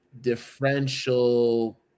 differential